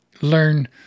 learn